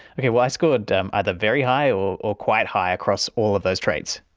okay, well i scored um either very high or or quite high across all of those traits.